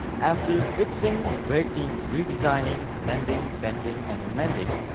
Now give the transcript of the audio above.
after fixing, breaking, redesigning, mending, bending and amending,